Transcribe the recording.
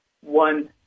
one